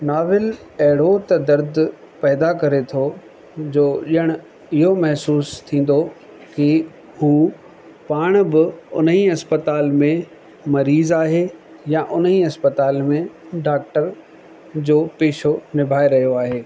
novel अहिड़ो त दर्द पैदा करे थो जो ॼाण इहो महसूस थींदो की उहो पाण बि उन ई अस्पताल में मरीज़ु आहे या उन ई अस्पताल में डॉक्टर जो पेशो निभाए रहियो आहे